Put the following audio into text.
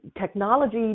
Technology